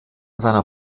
seiner